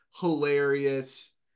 hilarious